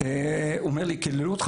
הוא שאל אותי: קיללו אותך?